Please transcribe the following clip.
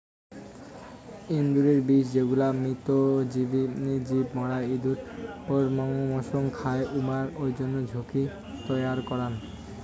এন্দুরের বিষ যেগুলা মৃতভোজী জীব মরা এন্দুর মসং খায়, উমার জইন্যে ঝুঁকি তৈয়ার করাং